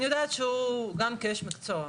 אני יודעת שהוא גם כאיש מקצועי,